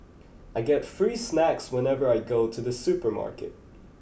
I get free snacks whenever I go to the supermarket